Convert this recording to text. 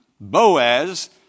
Boaz